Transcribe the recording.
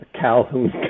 Calhoun